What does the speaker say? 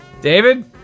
David